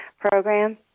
program